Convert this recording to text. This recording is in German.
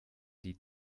die